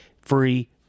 free